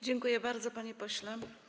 Dziękuję bardzo, panie pośle.